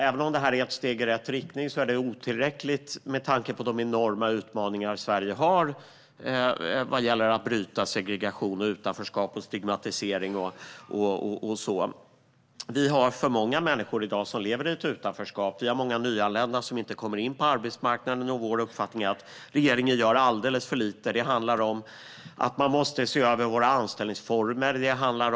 Även om det är ett steg i rätt riktning är det otillräckligt, med tanke på de enorma utmaningar som Sverige har vad gäller att bryta segregation, utanförskap och stigmatisering. Det är för många människor som lever i utanförskap i dag. Och många nyanlända kommer inte in på arbetsmarknaden. Vår uppfattning är att regeringen gör alldeles för lite. Man måste se över våra anställningsformer.